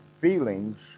feelings